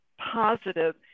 positive